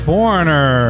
Foreigner